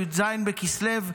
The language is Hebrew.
י"ז בכסלו,